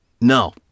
No